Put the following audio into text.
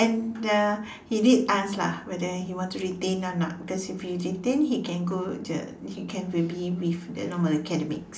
and uh he did ask lah whether he wanted to retain or not because if he retain he can go the he can maybe leave the normal academics